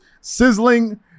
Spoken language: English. sizzling